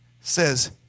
says